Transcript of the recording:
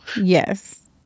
Yes